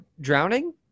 drowning